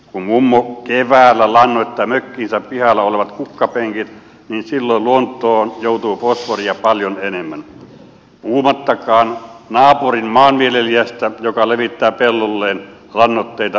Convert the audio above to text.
kun mummo keväällä lannoittaa mökkinsä pihalla olevat kukkapenkit niin silloin luontoon joutuu fosforia paljon enemmän puhumattakaan naapurin maanviljelijästä joka levittää pellolleen lannoitteita useita tonneja